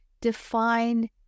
define